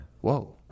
Whoa